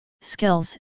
skills